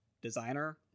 designer